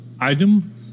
item